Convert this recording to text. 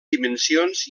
dimensions